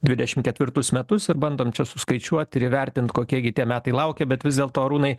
dvidešimt ketvirtus metus bandom čia suskaičiuot ir įvertint kokie gi tie metai laukia bet vis dėlto arūnai